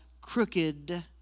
crooked